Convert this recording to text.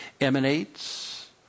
emanates